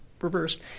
reversed